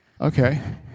Okay